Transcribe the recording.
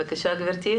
בבקשה גבירתי.